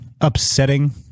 upsetting